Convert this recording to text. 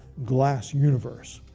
glass universe.